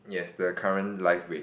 yes the current live rate